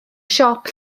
siop